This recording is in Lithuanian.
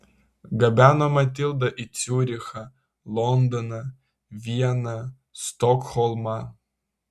gabeno matildą į ciurichą londoną vieną stokholmą